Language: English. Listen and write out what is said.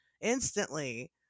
instantly